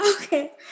Okay